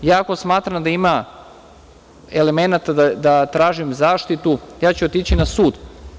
Ako smatram da ima elemenata da tražim zaštitu, ja ću otići na sud.